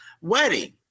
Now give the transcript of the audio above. wedding